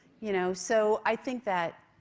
you know so i think that